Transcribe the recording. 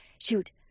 shoot